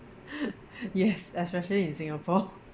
yes especially in singapore